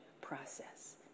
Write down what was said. process